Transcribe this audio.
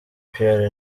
pierre